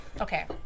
okay